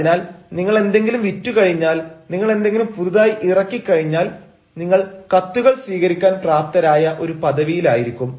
അതിനാൽ നിങ്ങൾ എന്തെങ്കിലും വിറ്റു കഴിഞ്ഞാൽ നിങ്ങൾ എന്തെങ്കിലും പുതുതായി ഇറക്കി കഴിഞ്ഞാൽ നിങ്ങൾ കത്തുകൾ സ്വീകരിക്കാൻ പ്രാപ്തരായ ഒരു പദവിയിലായിരിക്കും